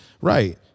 Right